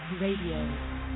Radio